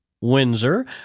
Windsor